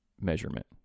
measurement